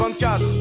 24